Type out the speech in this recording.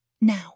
Now